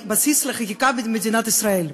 בסיס לחקיקה במדינת ישראל.